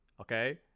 okay